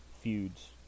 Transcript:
feuds